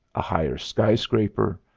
a higher skyscraper.